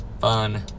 Fun